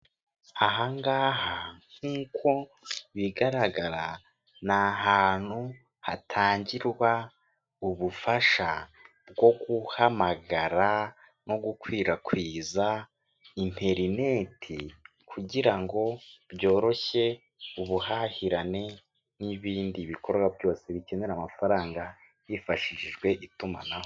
Ahangaha nkuko bigaragara ni ahantu hatangirwa ubufasha bwo guhamagara no gukwirakwiza interineti kugira ngo byoroshye ubuhahirane n'ibindi bikorwa byose bikenera amafaranga hifashishijwe itumanaho.